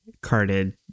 carded